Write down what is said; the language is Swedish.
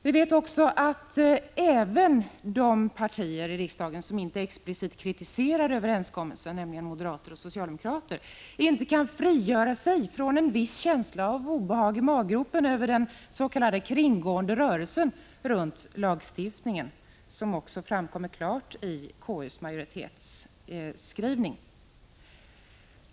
Vi vet dessutom att även de partier i riksdagen som inte explicit kritiserar överenskommelsen, nämligen moderater och socialdemokrater, inte kan frigöra sig från en viss känsla av obehag i maggropen över den s.k. kringgående rörelsen runt lagstiftningen, som också klart framkommer i KU:s majoritetsskrivning.